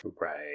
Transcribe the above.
right